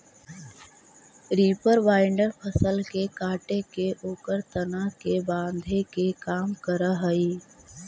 reaper binder फसल के काटके ओकर तना के बाँधे के काम करऽ हई